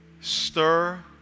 Stir